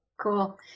Cool